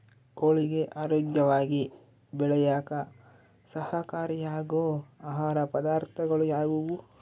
ಕೋಳಿಗೆ ಆರೋಗ್ಯವಾಗಿ ಬೆಳೆಯಾಕ ಸಹಕಾರಿಯಾಗೋ ಆಹಾರ ಪದಾರ್ಥಗಳು ಯಾವುವು?